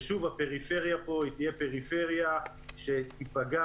ושוב, הפריפריה כאן תהיה פריפריה שתיפגע.